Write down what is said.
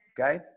okay